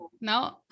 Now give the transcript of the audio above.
no